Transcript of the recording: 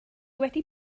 wedi